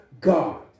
God